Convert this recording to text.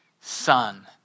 Son